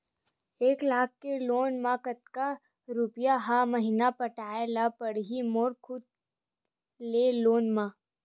एक लाख के लोन मा कतका रुपिया हर महीना पटाय ला पढ़ही मोर खुद ले लोन मा?